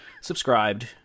subscribed